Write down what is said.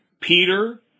Peter